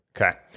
Okay